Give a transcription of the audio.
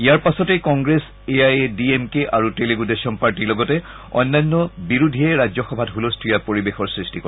ইয়াৰ পাছতে Congress A I D M K আৰু টেলুণ্ড দেশম পাৰ্টীৰ লগতে অন্যান্য বিৰোধীয়ে ৰাজ্যসভাত ছলস্থূলীয়া পৰিৱেশৰ সৃষ্টি কৰে